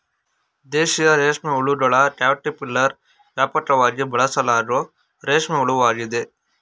ದೇಶೀಯ ರೇಷ್ಮೆಹುಳುಗಳ ಕ್ಯಾಟರ್ಪಿಲ್ಲರ್ ವ್ಯಾಪಕವಾಗಿ ಬಳಸಲಾಗೋ ರೇಷ್ಮೆ ಹುಳುವಾಗಿದೆ